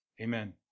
Amen